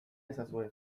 ezazue